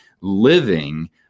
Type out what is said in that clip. living